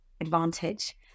advantage